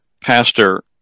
pastor